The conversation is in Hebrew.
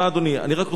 אני רק רוצה לומר